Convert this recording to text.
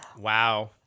Wow